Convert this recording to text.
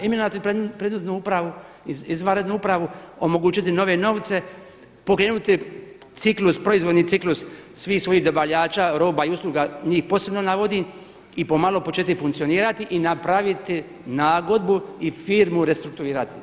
Imati … upravu, izvanrednu upravu, omogućiti nove novce, pokrenuti ciklus, proizvodni ciklus svih svojih dobavljača roba i usluga, njih posebno navodi i pomalo početi funkcionirati i napraviti nagodbu i firmu restrukturirati.